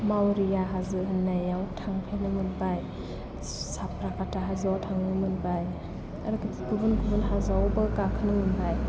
मावरिया हाजो होननायाव थांफेरनो मोनबाय साफ्राकाटा हाजोआव थांनो मोनबाय आरो गुबुन गुबुन हाजोआवबो गाखोनो मोनबाय